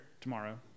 tomorrow